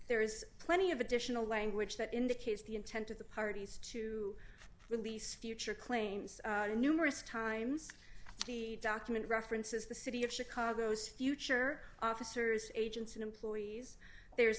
there is plenty of additional language that indicates the intent of the parties to release future claims numerous times the document references the city of chicago's future officers agents and employees there's